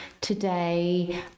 today